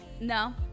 No